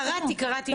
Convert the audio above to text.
קראתי.